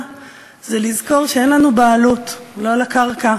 זה לזכור שאין לנו בעלות לא על הקרקע